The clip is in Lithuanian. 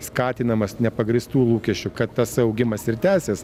skatinamas nepagrįstų lūkesčių kad tas augimas ir tęsis